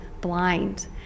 blind